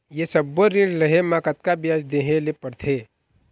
ये सब्बो ऋण लहे मा कतका ब्याज देहें ले पड़ते?